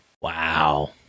wow